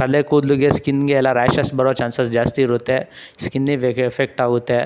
ಕಲೆ ಕೂದಲಿಗೆ ಸ್ಕಿನ್ಗೆ ಎಲ್ಲ ರ್ಯಾಷಸ್ ಬರೋ ಚಾನ್ಸಸ್ ಜಾಸ್ತಿಯಿರುತ್ತೆ ಸ್ಕಿನ್ನಿಗೆ ಎಫೆಕ್ಟ್ ಆಗುತ್ತೆ